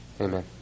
Amen